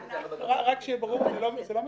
רק שיהיה ברור, זה לא מתבצע.